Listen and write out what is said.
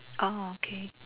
orh okay